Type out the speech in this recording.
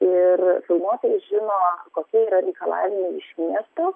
ir filmuotojai žino kokie yra reikalavimai iš miestų